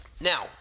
now